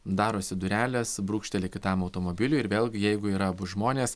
darosi durelės brūkšteli kitam automobiliui ir vėlgi jeigu yra abu žmonės